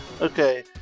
okay